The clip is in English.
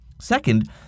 Second